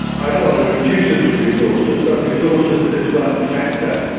i don't want to reduce it to resources, but resources is one factor,